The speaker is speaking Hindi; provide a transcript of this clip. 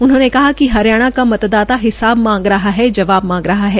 उन्होंने कहा कि हरियाणा का मतदाता हिसाब मांग रहा है जवाब मांग रहा है